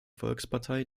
volkspartei